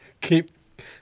keep